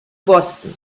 boston